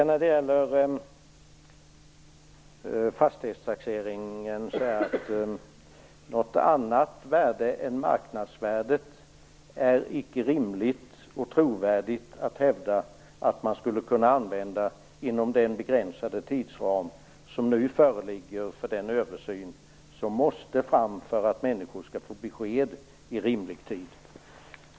När det gäller fastighetstaxeringen är det inte rimligt och trovärdigt att hävda att man skulle kunna använda något annat värde än marknadsvärdet inom den begränsade tidsram som nu föreligger för den översyn som måste fram för att människor skall få besked i rimlig tid.